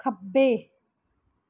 ਖੱਬੇ